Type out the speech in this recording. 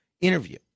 interview